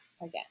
again